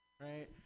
right